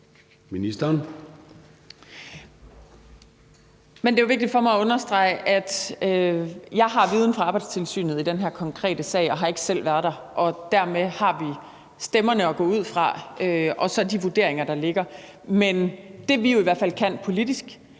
Det er vigtigt for mig at understrege, at jeg har min viden fra Arbejdstilsynet i den her konkrete sag og ikke selv har været der. Dermed har vi stemmerne at gå ud fra og så de vurderinger, der ligger. Men det, vi jo i hvert fald kan politisk,